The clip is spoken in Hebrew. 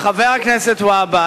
חבר הכנסת והבה,